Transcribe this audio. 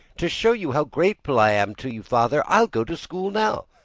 to show you how grateful i am to you, father, i'll go to school now.